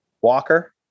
Walker